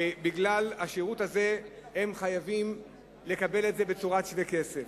בגלל השירות הזה הם חייבים לקבל את זה בצורת שווה כסף.